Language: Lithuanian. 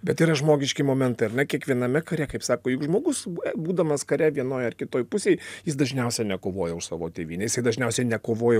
bet yra žmogiški momentai ar ne kiekviename kare kaip sako jeigu žmogus būdamas kare vienoj ar kitoj pusėj jis dažniausia nekovoja už savo tėvynę jisai dažniausia nekovoja